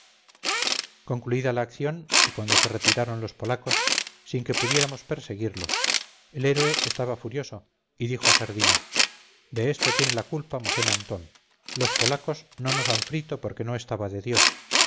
concluida la acción y cuando se retiraron los polacos sin que pudiéramos perseguirlos el héroe estaba furioso y dijo a sardina de esto tiene la culpa mosén antón los polacos no nos han frito porque no estaba de dios